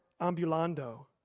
ambulando